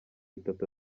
itatu